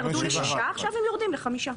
ירדו ל-6 ועכשיו הם יורדים ל-5.